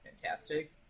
fantastic